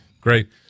Great